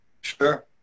Sure